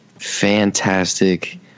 fantastic